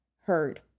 heard